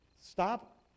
stop